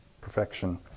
perfection